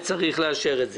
צריך לאשר את זה.